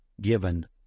given